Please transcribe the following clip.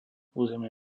územie